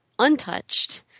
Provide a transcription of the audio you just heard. untouched